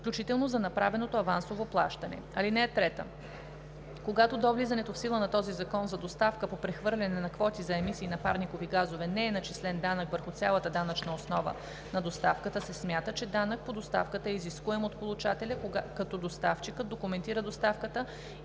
включително за направеното авансово плащане. (3) Когато до влизането в сила на този закон за доставка по прехвърляне на квоти за емисии на парникови газове не е начислен данък върху цялата данъчна основа на доставката, се смята, че данък по доставката е изискуем от получателя, като доставчикът документира доставката